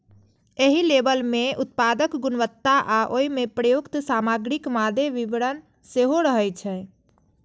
एहि लेबल मे उत्पादक गुणवत्ता आ ओइ मे प्रयुक्त सामग्रीक मादे विवरण सेहो रहै छै